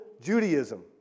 Judaism